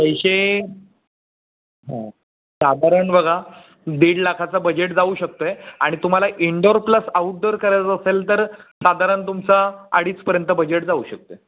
पैसे हा साधारण बघा दीड लाखाचा बजेट जाऊ शकतं आहे आणि तुम्हाला इनडोअर प्लस आऊटडोअर करायचं असेल तर साधारण तुमचा अडीच पर्यंत बजेट जाऊ शकतं आहे